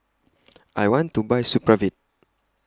I want to Buy Supravit